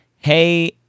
Hey